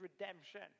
redemption